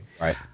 Right